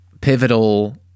pivotal